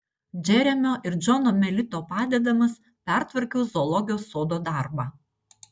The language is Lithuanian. džeremio ir džono melito padedamas pertvarkiau zoologijos sodo darbą